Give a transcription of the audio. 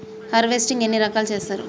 Harvesting ఎన్ని రకాలుగా చేస్తరు?